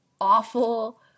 Awful